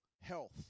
health